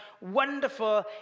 wonderful